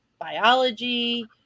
biology